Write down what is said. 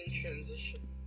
transition